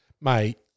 Mate